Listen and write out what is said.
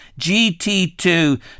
GT2